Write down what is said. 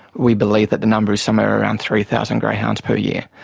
we believe that the number is somewhere around three thousand greyhounds per year.